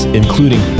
including